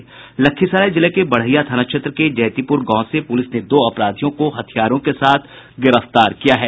लखीसराय जिले के बड़हिया थाना क्षेत्र के जैतीपुर गांव से पुलिस ने दो अपराधियों को हथियारों के साथ गिरफ्तार किया है